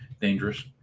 dangerous